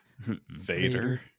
Vader